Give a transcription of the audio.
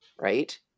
right